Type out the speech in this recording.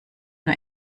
nur